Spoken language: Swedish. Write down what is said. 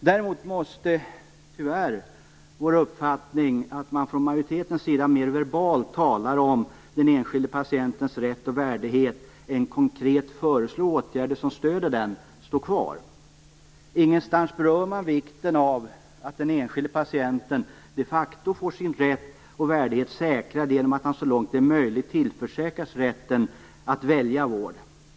Däremot måste, tyvärr, vår uppfattning stå kvar, nämligen att man från majoritetens sida mera verbalt ägnar sig åt den enskilde patientens rätt och värdighet än konkret föreslår åtgärder som stöder patienten. Ingenstans berör man vikten av att den enskilde patienten de facto får sin rätt och värdighet säkrade genom att han eller hon så långt det är möjligt tillförsäkras rätten att välja vård.